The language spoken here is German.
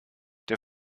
der